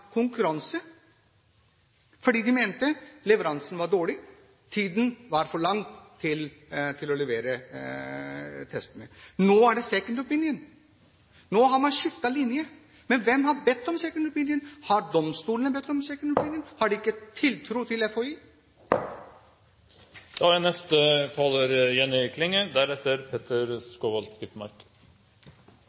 konkurranse fordi de mente leveransen var for dårlig. Det tok for lang tid å levere testene. Nå er det «second opinion», nå har man skiftet linje. Men hvem har bedt om «second opinion»? Har domstolene bedt om en «second opinion»? Har de ikke tiltro til